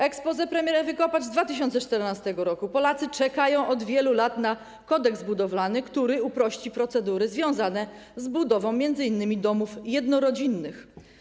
Exposé premier Ewy Kopacz z 2014 r.: Polacy czekają od wielu lat na Kodeks budowlany, który uprości procedury związane z budową m.in. domów jednorodzinnych.